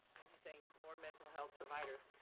anything more mental health providers.